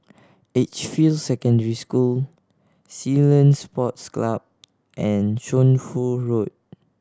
Edgefield Secondary School Ceylon Sports Club and Shunfu Road